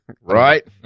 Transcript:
Right